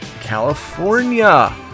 California